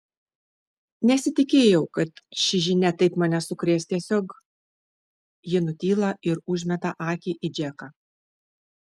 nesitikėjau kad ši žinia taip mane sukrės tiesiog ji nutyla ir užmeta akį į džeką